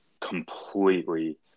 completely